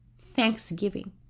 thanksgiving